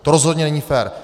To rozhodně není fér.